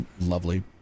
lovely